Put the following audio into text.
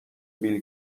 بیل